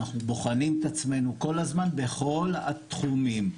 אנחנו בוחנים את עצמנו כל הזמן, בכל התחומים.